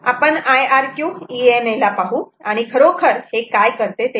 आपण IRQ ENA ला पाहू आणि खरोखर हे काय करते ते पाहू